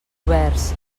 oberts